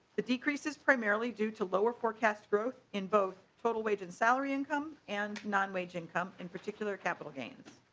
the decrease is primarily due to lower forecast growth in both total wage and salary income and not wage income in particular capital gains.